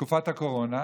בתקופת הקורונה,